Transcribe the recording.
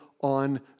on